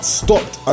stopped